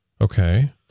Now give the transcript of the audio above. Okay